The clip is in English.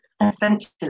Essentially